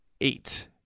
eight